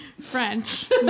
French